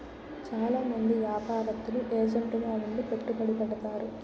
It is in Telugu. చాలా మంది యాపారత్తులు ఏజెంట్ గా ఉండి పెట్టుబడి పెడతారు